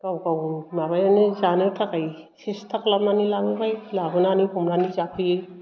गाव गाव माबायावनो जानो थाखाय सेस्था खालामनानै लाबोबाय लाबोनानै हमनानै जाफैयो